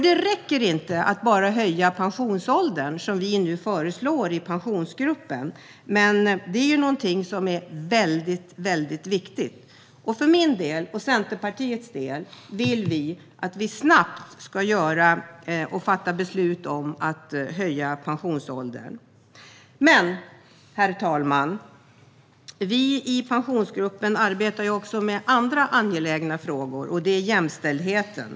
Det räcker inte att bara höja pensionsåldern, som vi i Pensionsgruppen nu föreslår. Men det är någonting som är väldigt viktigt. Jag och Centerpartiet vill att vi snabbt ska fatta beslut om att höja pensionsåldern. Herr talman! Vi i Pensionsgruppen arbetar också med andra angelägna frågor, och dessa frågor rör jämställdheten.